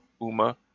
Uma